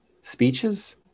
speeches